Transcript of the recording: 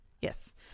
Yes